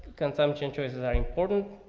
consumption choices are important.